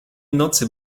nocy